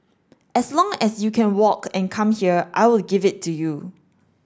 as long as you can walk and come here I will give it to you